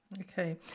Okay